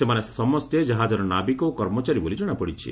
ସେମାନେ ସମସ୍ତେ ଜାହାଜର ନାବିକ ଓ କର୍ମଚାରୀ ବୋଲି ଜଣାପଡ଼ିଛି